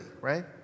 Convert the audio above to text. right